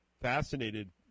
fascinated